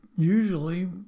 Usually